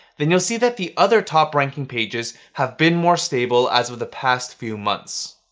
then you'll see that the other top ranking pages have been more stable as of the past few months.